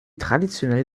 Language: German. traditionell